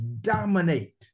Dominate